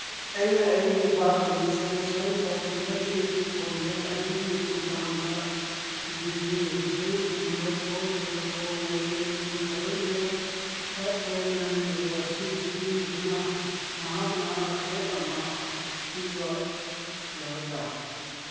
ꯑꯩꯅ ꯑꯩꯒꯤ birth registration ꯇꯧꯈꯤꯕꯒꯤ ꯈꯣꯟꯖꯦꯜ ꯑꯗꯨꯒꯤ ꯃꯇꯥꯡꯗ ꯊꯤꯖꯤꯜꯂꯤ reference number four zero four one eight two seven zero five seven nine zero ꯑꯁꯤ ꯁꯤꯖꯤꯟꯅꯗꯨꯅ ꯅꯍꯥꯛꯅ ꯑꯞꯗꯦꯠ ꯑꯃ ꯄꯤꯕ ꯌꯥꯒꯗ꯭ꯔꯥ